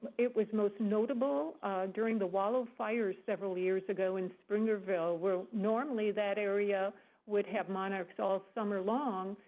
it was most notable during the wild fires several years ago, in springerville, where normally that area would have monarchs all summer long,